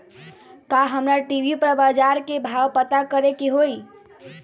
का हमरा टी.वी पर बजार के भाव पता करे के होई?